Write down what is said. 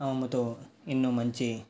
అమ్మమ్మతో ఎన్నో మంచి